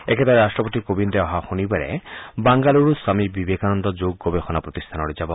একদৰে ৰাট্টপতি কোবিন্দ অহা শনিবাৰে বাংগালুৰুৰ স্বামী বিবেকানন্দ যোগ গৱেষণা প্ৰতিষ্ঠানলৈ যাব